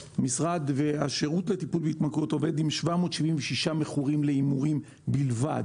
השירות לטיפול בהתמכרויות עובד עם 776 מכורים להימורים בלבד,